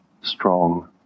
strong